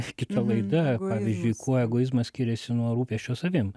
kita laida pavyzdžiui kuo egoizmas skiriasi nuo rūpesčio savim